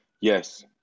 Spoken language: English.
Yes